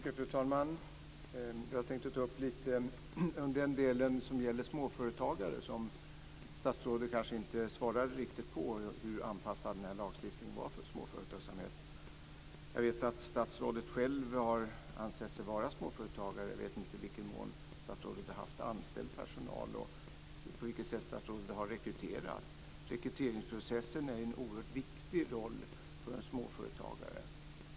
Fru talman! Jag tänkte ta upp lite under den delen som gäller småföretagare. Statsrådet svarade inte riktigt på hur anpassad den här lagstiftningen är för småföretagsamhet. Jag vet att statsrådet själv har ansett sig vara småföretagare. Jag vet inte i vilken mån statsrådet har haft anställd personal och på vilket sätt hon i så fall har rekryterat. Rekryteringsprocessen spelar en oerhört viktig roll för en småföretagare.